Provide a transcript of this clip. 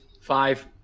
Five